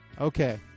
Okay